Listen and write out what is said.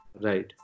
Right